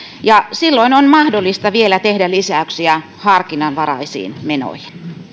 ja silloin on mahdollista vielä tehdä lisäyksiä harkinnanvaraisiin menoihin